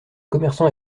commerçant